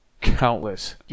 countless